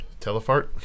Telefart